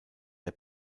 der